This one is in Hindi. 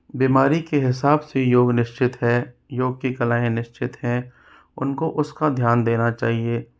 बिमारी के हिसाब से योग निश्चित है योग की कलाएं निश्चित हैं उनको उसका ध्यान देना चाहिए